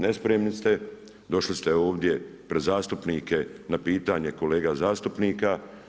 Nespremni ste, došli ste ovdje pred zastupnike na pitanje kolega zastupnika.